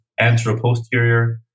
anteroposterior